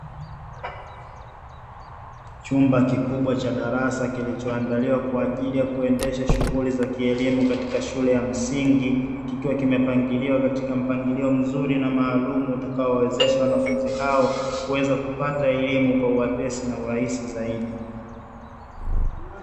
Chumba kikubwa cha darasa kilicho andaliwa kwaajili ya kuendesha shughuli za kielimu katika shule ya msingi, kikiwa kimepangiliwa katika mpangilio mzuri na maalumu utakao wezesha wanafunzi hao kuweza kupata elimu kwa wepesi na urahisi zaidi.